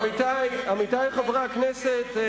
עמיתי חברי הכנסת,